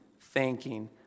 thanking